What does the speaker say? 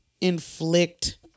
inflict